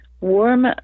warm